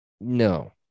no